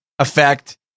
effect